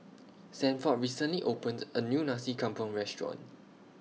Sanford recently opened A New Nasi Campur Restaurant